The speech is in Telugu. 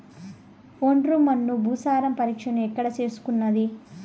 ఒండ్రు మన్ను భూసారం పరీక్షను ఎక్కడ చేసుకునేది?